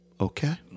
okay